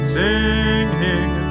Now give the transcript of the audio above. singing